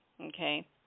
Okay